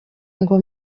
ngo